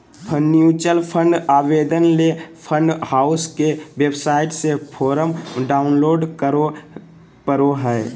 mutual fund आवेदन ले fund house के वेबसाइट से फोरम डाऊनलोड करें परो हय